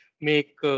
make